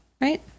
right